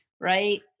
Right